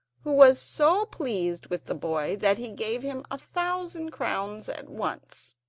who was so pleased with the boy that he gave him a thousand crowns at once.